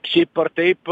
šiaip ar taip